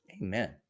Amen